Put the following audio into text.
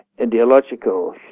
ideological